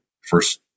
first